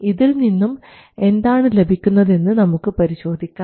ഇതിൽ നിന്നും എന്താണ് ലഭിക്കുന്നത് എന്ന് നമുക്ക് പരിശോധിക്കാം